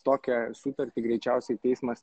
tokią sutartį greičiausiai teismas